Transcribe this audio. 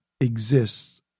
exists